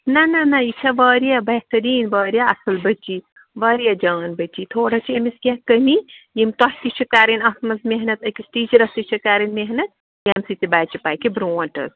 نہ نہ نہ یہِ چھےٚ واریاہ بہتریٖن واریاہ اَصٕل بٔچی واریاہ جان بٔچی تھوڑا چھِ أمِس کیٚنٛہہ کٔمی یِم تۄہہِ تہِ چھِ کَرٕنۍ اَتھ منٛز محنت أکِس ٹیٖچرَس تہِ چھِ کَرٕنۍ محنت ییٚمہِ سۭتۍ تہِ بَچہِ پَکہِ برٛونٛٹھ حظ